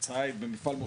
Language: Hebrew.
סביבה.